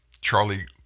Charlie